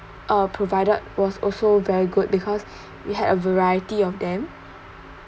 uh provided was also very good because we had a variety of them